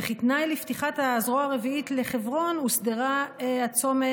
וכתנאי לפתיחת הזרוע הרביעית לחברון הוסדר הצומת